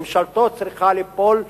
ממשלתו צריכה ליפול.